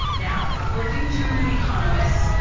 now, according to economists,